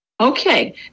Okay